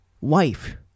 wife